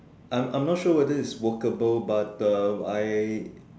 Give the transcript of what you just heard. I'm I'm not sure whether it's workable but uh I